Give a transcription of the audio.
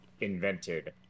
invented